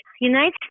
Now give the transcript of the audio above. United